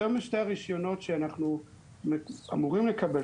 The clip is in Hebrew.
יותר משני הרישיונות שאנחנו אמורים לקבל,